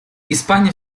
испания